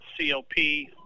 CLP